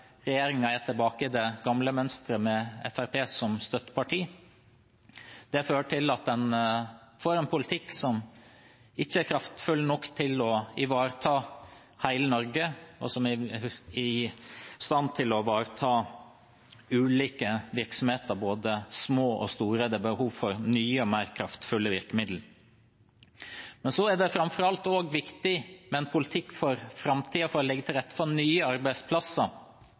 er tilbake til det gamle mønsteret med Fremskrittspartiet som støtteparti. Det fører til at en får en politikk som ikke er kraftfull nok til å ivareta hele Norge, og som ikke er i stand til å ivareta ulike virksomheter, både små og store. Det er behov for nye og mer kraftfulle virkemidler. Så er det framfor alt også viktig med en politikk for framtiden for å legge til rette for nye arbeidsplasser,